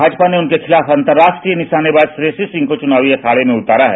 भाजपा ने उनके खिलाफ अंतरराष्ट्रीय निशानेबाज श्रेयसी सिंह को चुनावी अखाड़े में उतारा है